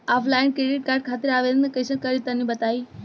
Offline credit card खातिर आवेदन कइसे करि तनि बताई?